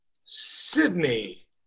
Sydney